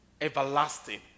everlasting